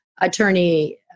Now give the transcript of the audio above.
attorney